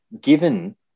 given